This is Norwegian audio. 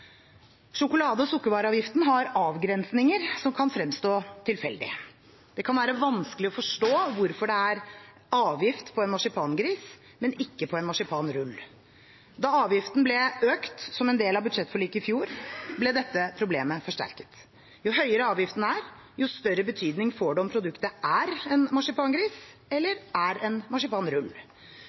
Sjokolade- og sukkervareavgiften har avgrensninger som kan fremstå tilfeldige. Det kan være vanskelig å forstå hvorfor det er avgift på en marsipangris, men ikke på en marsipanrull. Da avgiften ble økt som en del av budsjettforliket i fjor, ble dette problemet forsterket. Jo høyere avgiften er, jo større betydning får det om produktet er en marsipangris eller er en